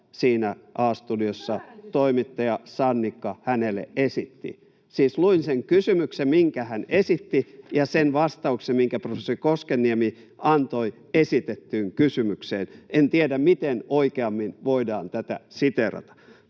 A-studiossa toimittaja Sannikka hänelle esitti. Siis luin sen kysymyksen, minkä hän esitti, ja sen vastauksen, minkä professori Koskenniemi antoi esitettyyn kysymykseen. En tiedä, miten oikeammin voidaan tätä siteerata.